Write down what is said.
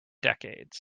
decades